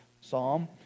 psalm